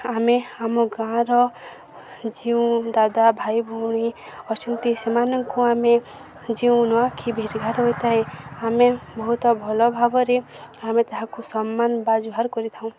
ଆମେ ଆମ ଗାଁର ଯେଉଁ ଦାଦା ଭାଇ ଭଉଣୀ ଅଛନ୍ତି ସେମାନଙ୍କୁ ଆମେ ଯେଉଁ ନୂଆଖି ଭେଟ୍ଘାଟ୍ ହୋଇଥାଏ ଆମେ ବହୁତ ଭଲ ଭାବରେ ଆମେ ତାହାକୁ ସମ୍ମାନ ବା ଜୁହାର କରିଥାଉ